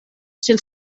cent